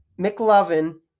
McLovin